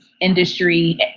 industry